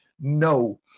no